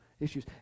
issues